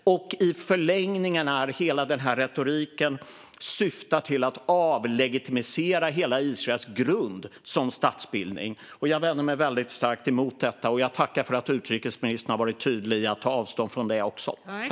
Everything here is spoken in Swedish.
I förlängningen syftar den här retoriken till att avlegitimisera Israels hela grund som statsbildning, och jag vänder mig väldigt starkt emot detta. Jag tackar för att utrikesministern har varit tydlig i att ta avstånd från det.